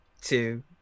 two